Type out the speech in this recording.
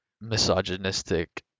misogynistic